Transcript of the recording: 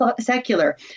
secular